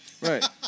right